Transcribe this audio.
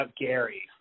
Gary